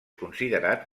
considerat